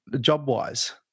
job-wise